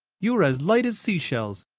you are as light as sea-shells,